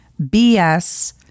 BS